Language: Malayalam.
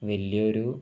വലിയ ഒരു